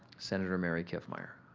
senator mary kiffmeyer.